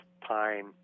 pine